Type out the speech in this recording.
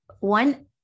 one